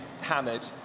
hammered